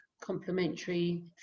complementary